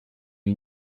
une